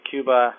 Cuba